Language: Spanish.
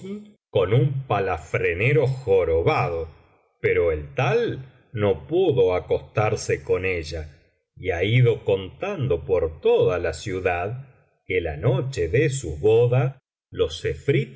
con un palafrenero jorobado pero el tal no pudo acostarse con ella y ha ido contando por toda la ciudad que la noche de su boda los